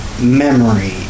memory